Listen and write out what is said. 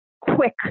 quick